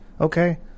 Okay